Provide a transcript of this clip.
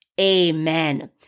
Amen